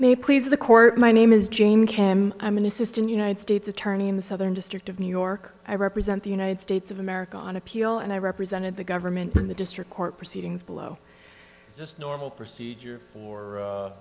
may please the court my name is james kim i'm an assistant united states attorney in the southern district of new york i represent the united states of america on appeal and i represented the government in the district court proceedings below it's just normal procedure for